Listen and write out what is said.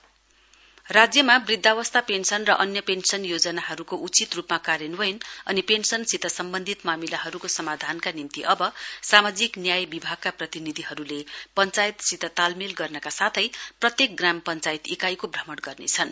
social justice राज्यमा वृद्यावस्या pension र अन्य पेन्सन योजनाहरुको उचित रुपमा कार्यन्वयन अनि पेन्सनसित सम्बन्धित मामिलाहरुको समाधानका निम्ति अब सामाजिक न्याय विभागका प्रतिबिधिहरुले पञ्चायतसित तालमेल गर्नका साथै प्रत्येक ग्राम पञ्चायत इकाईको भ्रमण गर्नेछन्